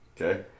Okay